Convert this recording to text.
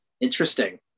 interesting